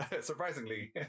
surprisingly